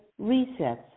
resets